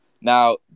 Now